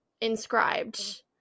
inscribed